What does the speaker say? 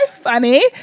funny